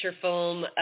film